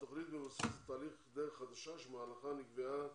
התוכנית מבוססת תהליך 'דרך חדשה' שבמהלכה נקבעה